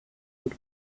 und